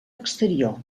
exterior